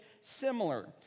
similar